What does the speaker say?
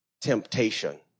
temptation